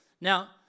Now